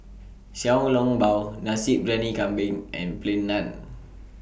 Xiao Long Bao Nasi Briyani Kambing and Plain Naan